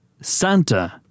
Santa